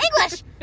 English